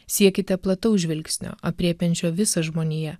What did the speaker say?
siekite plataus žvilgsnio aprėpiančio visą žmoniją